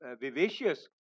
vivacious